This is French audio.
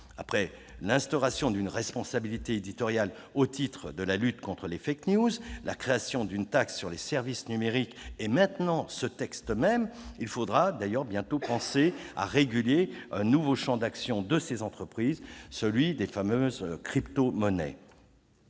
Après l'instauration d'une responsabilité éditoriale au titre de la lutte contre les, la création d'une taxe sur les services numériques et maintenant ce texte, il faudra penser bientôt à réguler un nouveau champ d'action de ces entreprises, celui des fameuses cryptomonnaies.